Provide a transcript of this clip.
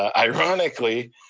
ah ironically,